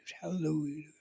Hallelujah